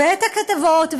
ואת הכתבות,